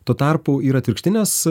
tuo tarpu yra atvirkštinės